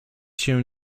się